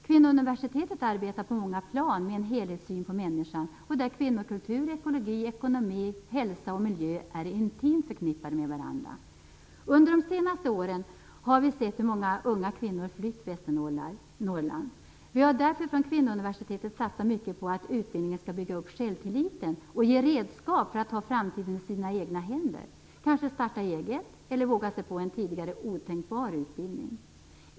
Kvinnouniversitetet arbetar på många plan med en helhetssyn på människan, där kvinnokultur, ekologi, ekonomi, hälsa och miljö är intimt förknippade med varandra. Under de senaste åren har vi sett hur många unga kvinnor flytt Västernorrland. Vi har därför från Kvinnouniversitetet satsat mycket på att utbildningen skall bygga upp självtilliten och ge redskap för att man skall ta framtiden i sina egna händer - kanske starta eget eller våga sig på en tidigare otänkbar utbildning.